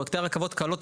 פרויקטי הרכבות קלות,